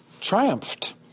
triumphed